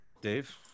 Dave